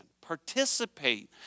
Participate